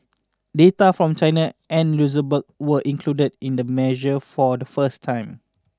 data from China and Luxembourg were included in the measure for the first time